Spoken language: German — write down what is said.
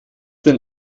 denn